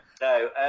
no